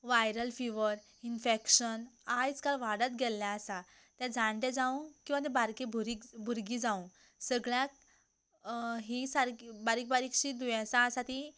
viral fever infection आयज काल वाडत गेल्लें आसा ते जाणटे जावं किंवा ते बारीक भुरीग भुरगीं जावं सगळ्यांक ही सारकीं बारीक बारीकशीं दुयेंसां आसा तीं